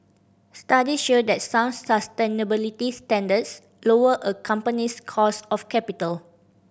studies show that sound sustainability standards lower a company's cost of capital